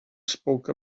spoke